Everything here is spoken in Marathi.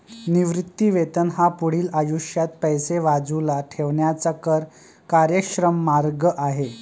निवृत्ती वेतन हा पुढील आयुष्यात पैसे बाजूला ठेवण्याचा कर कार्यक्षम मार्ग आहे